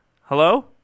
Hello